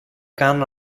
καν